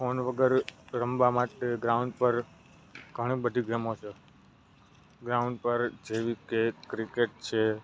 phone વગર રમવા માટે ગ્રાઉન્ડ પર ઘણી બધી ગેમો છે ગ્રાઉન્ડ પર જેવી કે ક્રિકેટ છે